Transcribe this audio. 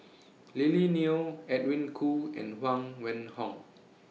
Lily Neo Edwin Koo and Huang Wenhong